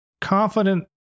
confident